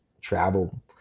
travel